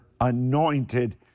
anointed